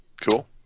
cool